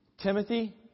Timothy